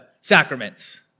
sacraments